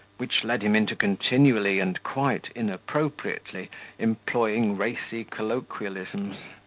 which led him into continually and quite inappropriately employing racy colloquialisms.